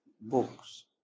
books